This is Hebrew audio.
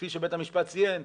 כפי שבית המשפט ציין,